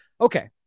okay